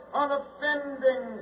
unoffending